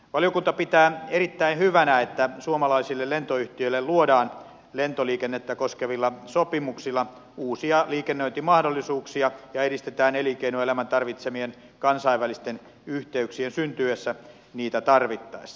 valiokunta pitää erittäin hyvänä että suomalaisille lentoyhtiöille luodaan lentoliikennettä koskevilla sopimuksilla uusia liikennöintimahdollisuuksia ja edistetään elinkeinoelämän tarvitsemien kansainvälisten yhteyksien syntyessä niitä tarvittaessa